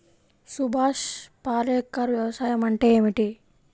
సుభాష్ పాలేకర్ వ్యవసాయం అంటే ఏమిటీ?